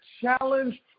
challenge